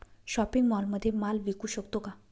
Shopping मॉलमध्ये माल विकू शकतो का?